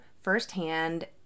firsthand